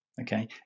Okay